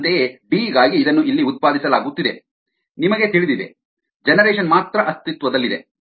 ಅಂತೆಯೇ ಡಿ ಗಾಗಿ ಇದನ್ನು ಇಲ್ಲಿ ಉತ್ಪಾದಿಸಲಾಗುತ್ತಿದೆ ನಿಮಗೆ ತಿಳಿದಿದೆ ಜನರೇಶನ್ ಮಾತ್ರ ಅಸ್ತಿತ್ವದಲ್ಲಿದೆ